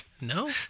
No